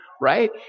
right